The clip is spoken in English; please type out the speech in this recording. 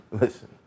listen